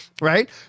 right